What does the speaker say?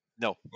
No